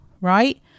right